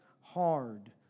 hard